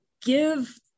give